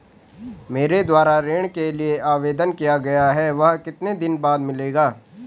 मेरे द्वारा ऋण के लिए आवेदन किया गया है वह कितने दिन बाद मिलेगा?